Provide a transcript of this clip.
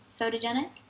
photogenic